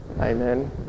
Amen